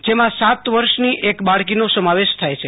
જેમાં સાત વર્ષની એક બાળકોનો સમાવેશ થાય છે